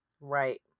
Right